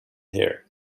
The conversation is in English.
here